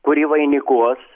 kurį vainikuos